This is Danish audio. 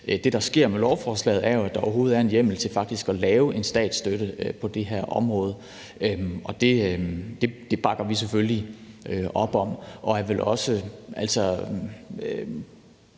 Det, der sker med lovforslaget, er jo, at der overhovedet er en hjemmel til faktisk at lave en statsstøtte på det her område, og det bakker vi selvfølgelig op om. Det er vel også